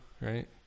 right